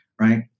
right